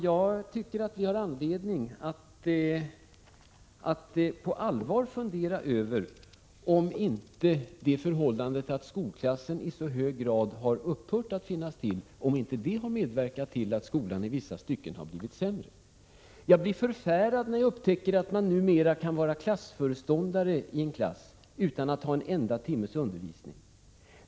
Jag tycker att vi har anledning att på allvar fundera över om inte det förhållandet att skolklassen i så hög grad har upphört att finnas till har medverkat till att skolan i vissa stycken blivit sämre. Jag blir förfärad över att man numera kan vara klassföreståndare i en klass utan att ha en enda timmes undervisning med klassen.